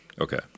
Okay